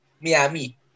Miami